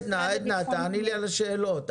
תעני לי על השאלות.